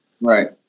Right